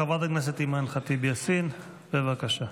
חברת הכנסת אימאן ח'טיב יאסין, בבקשה.